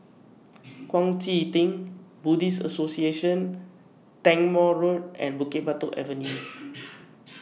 Kuang Chee Tng Buddhist Association Tangmere Road and Bukit Batok Avenue